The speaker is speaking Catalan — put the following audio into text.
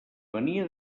venia